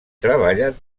treballen